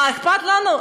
אכפת לנו.